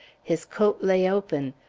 his coat lay open.